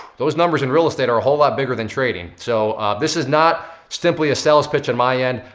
those numbers in real estate are a whole lot bigger than trading. so this is not simply a sales pitch on my end.